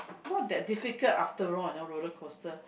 not that difficult after all you know roller coaster